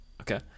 Okay